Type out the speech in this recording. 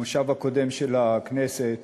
במושב הקודם של הכנסת